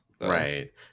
right